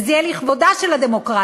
וזה יהיה לכבודה של הדמוקרטיה.